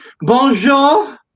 bonjour